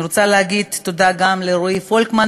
אני רוצה להגיד תודה גם לרועי פולקמן,